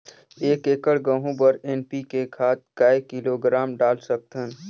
एक एकड़ गहूं बर एन.पी.के खाद काय किलोग्राम डाल सकथन?